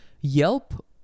Yelp